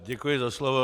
Děkuji za slovo.